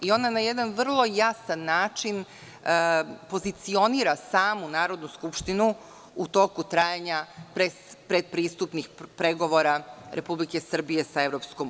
Ona na jedan vrlo jasan način pozicionira samo Narodnu skupštinu u toku trajanja predpristupnih pregovora Republike Srbije sa EU.